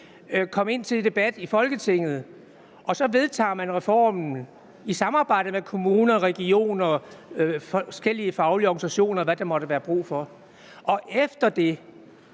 Finansudvalget – i Folketinget, og så skal reformen vedtages i samarbejde med kommuner og regioner og forskellige faglige organisationer, hvad der måtte være brug for. Efter det